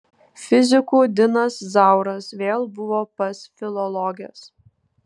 fizikų dinas zauras vėl buvo pas filologes